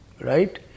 Right